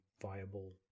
viable